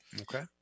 Okay